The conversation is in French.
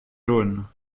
jaune